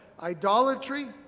Idolatry